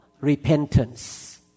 repentance